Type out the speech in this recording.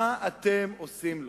מה אתם עושים לו?